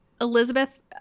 Elizabeth